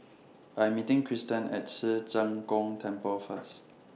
I'm meeting Kristian At Ci Zheng Gong Temple First